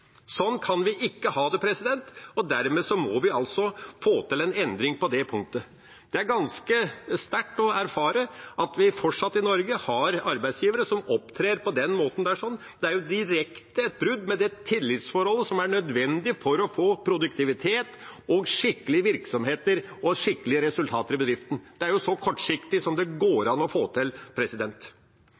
Sånn kan vi ikke ha det. Dermed må vi få til en endring på det punktet. Det er ganske sterkt å erfare at vi i Norge fortsatt har arbeidsgivere som opptrer på den måten. Det er et direkte brudd med det tillitsforholdet som er nødvendig for å få produktivitet, skikkelige virksomheter og skikkelige resultater i bedriftene. Det er så kortsiktig som det går an å bli. Til